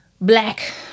black